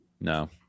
No